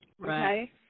Right